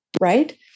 Right